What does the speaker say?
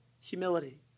humility